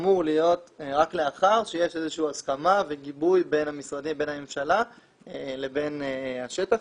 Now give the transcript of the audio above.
אמור להיות רק לאחר שיש הסכמה וגיבוי בין הממשלה לבין השטח.